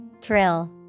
Thrill